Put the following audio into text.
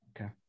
okay